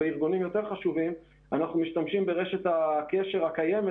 אנחנו משתמשים ברשת הקשר הקיימת